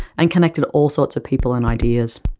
and connected all sorts of people and ideas.